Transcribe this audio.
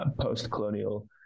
post-colonial